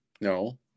No